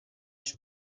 již